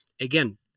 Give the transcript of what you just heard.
again